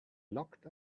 locked